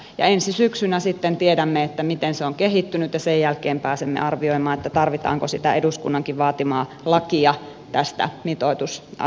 ensi syksynä sitten tiedämme miten se on kehittynyt ja sen jälkeen pääsemme arvioimaan tarvitaanko sitä eduskunnankin vaatimaa lakia tästä mitoitusasiasta